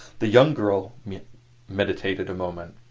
the young girl meditated a moment.